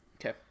Okay